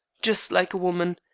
just like a woman.